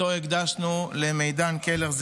שאותו הקדשנו למידן קלר,